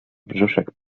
brzuszek